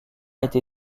été